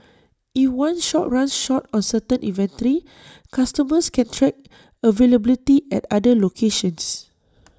if one shop runs short on certain inventory customers can track availability at other locations